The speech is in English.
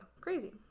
Crazy